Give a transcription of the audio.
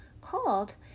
called